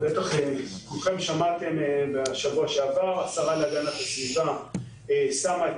בטח כולכם שמעתם בשבוע שעבר שהשרה להגנת הסביבה שמה את